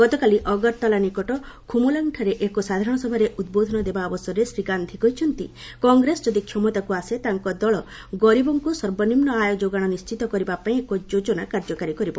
ଗତକାଲି ଅଗରତାଲା ନିକଟ ଖୁମୁଲାଙ୍ଗଠାରେ ଏକ ସାଧାରଣସଭାରେ ଉଦ୍ବୋଧନ ଦେବା ଅବସରରେ ଶ୍ରୀ ଗାନ୍ଧି କଂଗ୍ରେସ ଯଦି କ୍ଷମତାକୁ ଆସେ ତାଙ୍କ ଦଳ ଗରିବଙ୍କୁ ସର୍ବନିମ୍ନ ଆୟ ଯୋଗାଣ ନିଶ୍ଚିତ କରିବା ପାଇଁ ଏକ ଯୋଜନା କାର୍ଯ୍ୟକାରୀ କରିବ